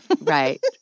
right